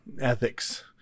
ethics—